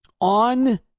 on